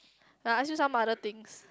I ask you some other things